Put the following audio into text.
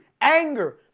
anger